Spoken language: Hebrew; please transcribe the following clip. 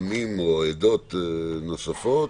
עמים או עדות נוספות,